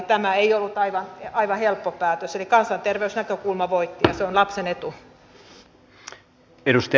tämä ei ollut aivan helppo päätös mutta kansanterveysnäkökulma voitti ja se on lapsen etu